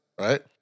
right